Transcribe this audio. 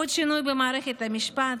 עוד שינויים במערכת המשפט?